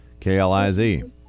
KLIZ